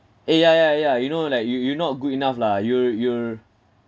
eh ya ya ya you know like you you not good enough lah you're you're